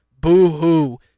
Boo-hoo